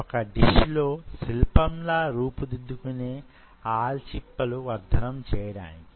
వొక డిష్ లో శిల్పంలా రూపు దిద్దుకునే ఆల్చిప్పలు వర్ధనం చేయడానికి